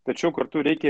tačiau kartu reikia